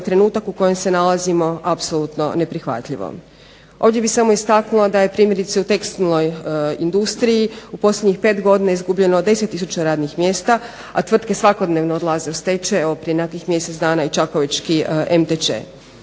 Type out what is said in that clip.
trenutak u kojem se nalazimo apsolutno neprihvatljivo. Ovdje bih samo istaknula da je primjerice u tekstilnoj industriji u posljednjih 5 godina izgubljeno 10000 radnih mjesta, a tvrtke svakodnevno odlaze u stečaj. Evo prije nekakvih mjesec dana i čakovečki MTČ.